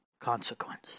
consequence